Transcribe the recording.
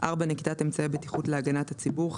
(4)נקיטת אמצעי בטיחות להגנת הציבור,